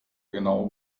genau